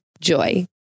Joy